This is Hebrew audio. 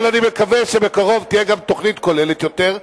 אבל אני מקווה שבקרוב תהיה גם תוכנית כוללת יותר.